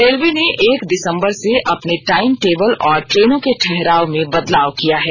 railway ने एक दिसंबर से अपने टाईम टेबल और ट्रेनों के ठहराव में बदलाव किया है